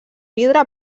vidre